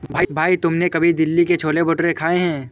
भाई तुमने कभी दिल्ली के छोले भटूरे खाए हैं?